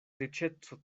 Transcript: riĉeco